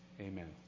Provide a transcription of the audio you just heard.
Amen